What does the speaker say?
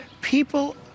people